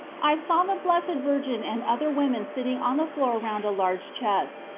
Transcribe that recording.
i saw the blessed virgin and other women sitting on the floor round a large chest,